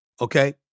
Okay